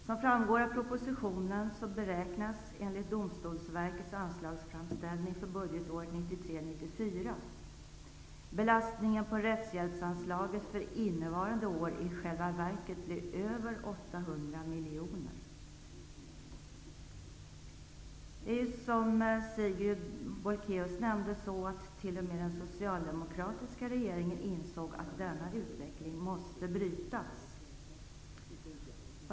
Som framgår av propositionen beräknas enligt Domstolsverkets anslagsframställning för budgetåret 1993/94 belastningen på rättshjälpsanslaget för innevarande budgetår i själva verket bli över 800 miljoner. Som Sigrid Bolkéus nämnde insåg t.o.m. den socialdemokratiska regeringen att denna utveckling måste brytas.